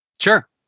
sure